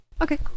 Okay